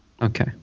Okay